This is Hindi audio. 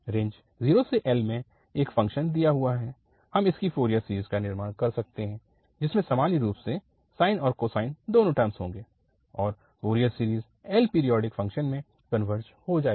रेंज 0L में एक फ़ंक्शन दिया हुआ है हम इसकी फ़ोरियर सीरीज़ का निर्माण कर सकते हैं जिसमें सामान्य रूप से साइन और कोसाइन दोनों टर्मस होंगे और Fourier series L periodic function में कनवर्ज हो जाएगी